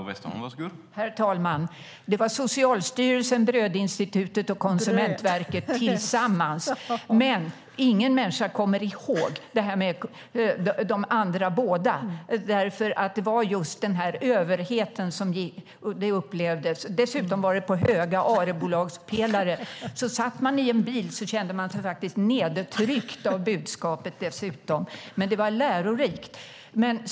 Herr talman! Det var Socialstyrelsen, Brödinstitutet och Konsumentverket tillsammans. Men ingen människa kommer ihåg de båda andra, för man upplevde just överheten i Socialstyrelsen. Dessutom var affischerna på höga ARE-bolagspelare, så satt man i en bil kände man sig faktiskt också nedtryckt av budskapet. Men det var lärorikt.